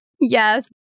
Yes